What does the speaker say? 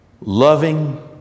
loving